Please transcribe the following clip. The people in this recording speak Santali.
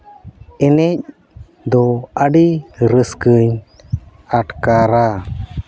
ᱮᱱᱮᱡ ᱫᱚ ᱟᱹᱰᱤ ᱨᱟᱹᱥᱠᱟᱹᱧ ᱟᱴᱠᱟᱨᱟ